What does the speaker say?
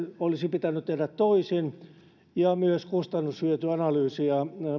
olisi pitänyt tehdä toisin ja myös kustannushyötyanalyysien